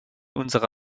unsere